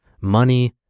money